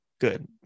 Good